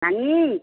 ନାନୀ